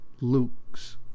Luke's